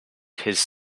his